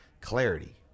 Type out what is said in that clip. clarity